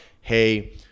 hey